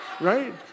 right